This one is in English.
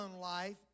life